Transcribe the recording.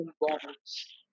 bonds